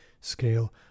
scale